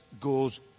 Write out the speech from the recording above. goes